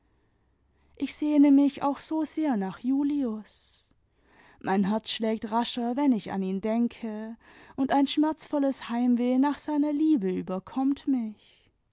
ich sehne mich auch so sehr nach julius mein herz schlägt rascher wenn ich an ihn denke und ein schmerzvolles heimweh nach seiner liebe überkonmit nüch